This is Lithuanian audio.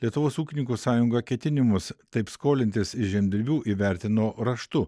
lietuvos ūkininkų sąjunga ketinimus taip skolintis iš žemdirbių įvertino raštu